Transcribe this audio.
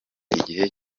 igihe